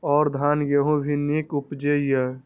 और धान गेहूँ भी निक उपजे ईय?